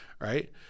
right